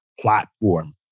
platform